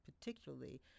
particularly